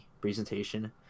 presentation